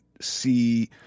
see